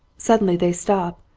suddenly they stop,